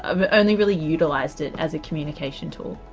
i've only really utilised it as a communication tool.